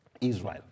Israel